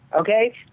Okay